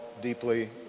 deeply